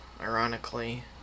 ironically